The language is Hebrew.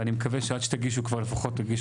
ואני מקווה שעד שתגישו כבר לפחות תגידו